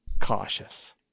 Cautious